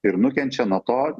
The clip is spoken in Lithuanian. ir nukenčia nuo to